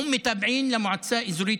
הם שייכים) למועצה אזורית